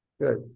Good